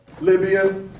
Libya